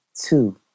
Two